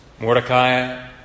Mordecai